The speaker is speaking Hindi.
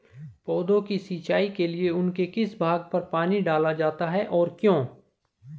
पौधों की सिंचाई के लिए उनके किस भाग पर पानी डाला जाता है और क्यों?